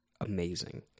amazing